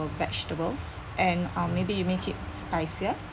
vegetables and uh maybe you make it spicier